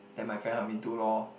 then my friend help me do lor